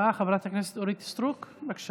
השופט סולברג, זה לא מכובד.